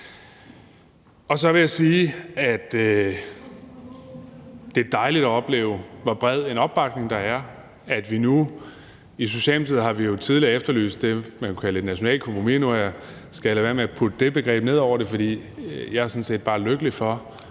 det er dejligt at opleve, hvor bred en opbakning der er. I Socialdemokratiet har vi jo tidligere efterlyst det, man kunne kalde et nationalt kompromis, og nu skal jeg lade være med at putte det begreb ned over det, for jeg er sådan set